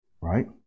right